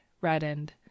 reddened